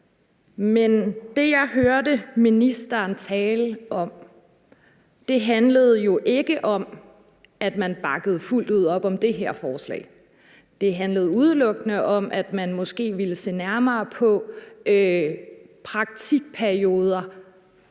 Men det, jeg hørte ministeren tale om, handlede jo ikke om, at man bakkede fuldt ud op om det her forslag; det handlede udelukkende om, at man måske ville se nærmere på praktikperioder